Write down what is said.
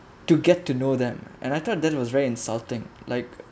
to get to know them and I thought that was very insulting like